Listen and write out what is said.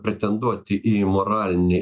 pretenduoti į moralinį